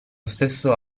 stesso